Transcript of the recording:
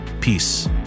peace